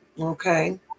Okay